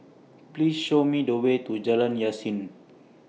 Please Show Me The Way to Jalan Yasin